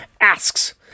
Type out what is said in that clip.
Asks